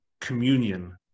communion